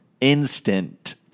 Instant